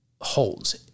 holds